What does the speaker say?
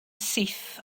syth